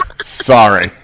Sorry